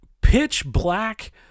pitch-black